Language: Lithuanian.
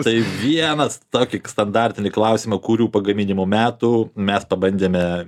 tai vienas tokį standartinį klausimą kurių pagaminimo metų mes pabandėme